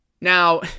Now